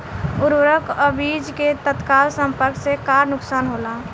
उर्वरक अ बीज के तत्काल संपर्क से का नुकसान होला?